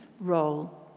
role